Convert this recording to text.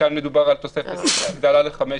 וכאן מדובר על תוספת הגדלה ל-15.